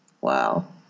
Wow